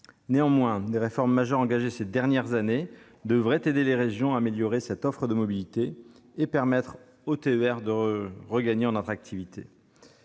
Néanmoins, des réformes majeures engagées ces dernières années devraient aider les régions à améliorer cette offre de mobilité et permettre au TER de regagner en attractivité.